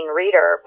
reader